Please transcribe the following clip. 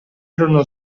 erano